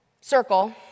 circle